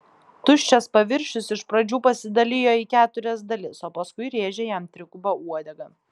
tuščias paviršius iš pradžių pasidalijo į keturias dalis o paskui rėžė jam triguba uodega